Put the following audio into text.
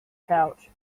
pouch